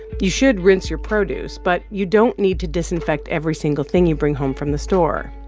you should rinse your produce, but you don't need to disinfect every single thing you bring home from the store,